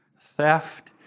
Theft